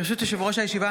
ברשות יושב-ראש הישיבה,